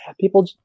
people